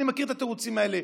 אני מכיר את התירוצים האלה.